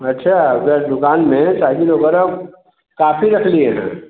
अच्छा दुकान में साइकिल वग़ैरह काफ़ी रख लिए हैं